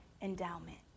endowment